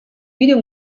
video